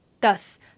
Thus